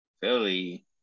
Philly